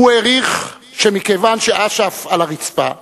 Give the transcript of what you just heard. הוא העריך שמכיוון שאש"ף "על הרצפה",